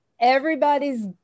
everybody's